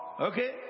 okay